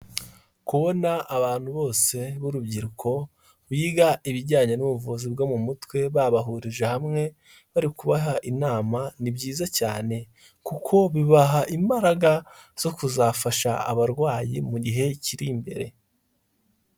Kubona abantu bose b'urubyiruko biga ibijyanye n'ubuvuzi bwo mu mutwe babahurije hamwe bari kubaha inama ni byiza cyane, kuko bibaha imbaraga zo kuzafasha abarwayi mu gihe kiri imbere.